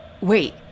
Wait